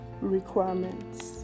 requirements